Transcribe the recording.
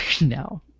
no